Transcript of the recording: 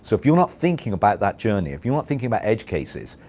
so if you're not thinking about that journey, if you're not thinking about edge cases,